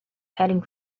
heading